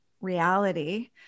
reality